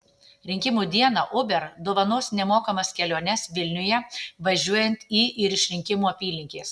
rinkimų dieną uber dovanos nemokamas keliones vilniuje važiuojant į ir iš rinkimų apylinkės